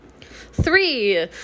Three